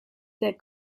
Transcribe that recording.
der